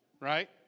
right